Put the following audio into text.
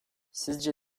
sizce